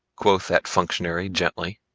quoth that functionary gently.